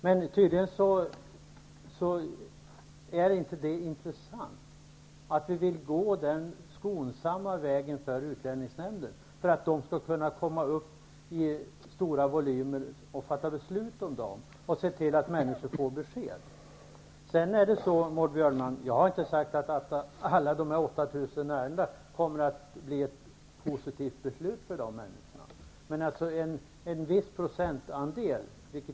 Men tydligen är det inte intressant, att vi vill gå den skonsamma vägen för utlänningsnämnden, för att den skall kunna fatta beslut om stora volymer och se till att människor får besked. Jag har inte sagt att det kommer att bli positivt beslut i alla de 8 000 ärendena, men det blir det för en viss procentandel.